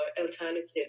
alternative